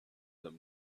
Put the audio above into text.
them